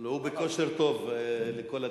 הוא בכושר טוב, לכל הדעות.